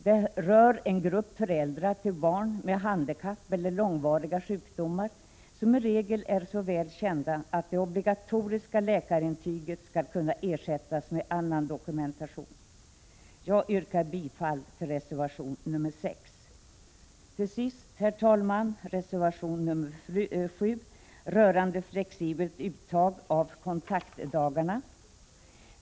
Detta rör en grupp föräldrar till barn med handikapp eller långvariga sjukdomar som i regel är så väl kända att det obligatoriska läkarintyget skall kunna ersättas med annan dokumentation. Jag yrkar bifall till reservation nr 6. Till sist, herr talman, kommer reservation nr 7 rörande flexibelt uttag av kontaktdagarna.